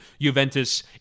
Juventus